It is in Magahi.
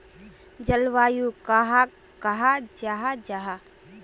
जलवायु कहाक कहाँ जाहा जाहा?